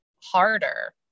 harder